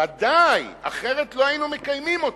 ודאי, אחרת לא היינו מקיימים אותו.